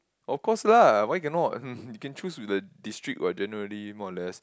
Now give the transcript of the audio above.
of course lah why cannot you can choose with the district what generally more or less